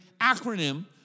acronym